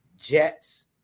Jets